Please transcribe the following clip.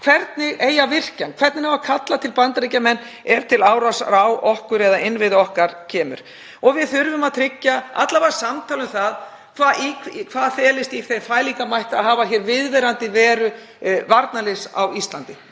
hvernig eigi að virkja samninginn, hvernig eigi að kalla til Bandaríkjamenn ef til árásar á okkur eða innviði okkar kemur. Og við þurfum að tryggja alla vega samtal um það hvað felist í þeim fælingarmætti að hafa hér viðvarandi veru varnarliðs á Íslandi,